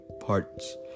parts